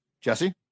Jesse